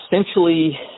essentially